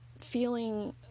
feeling